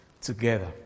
together